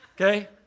okay